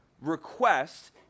request